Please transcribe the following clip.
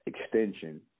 extension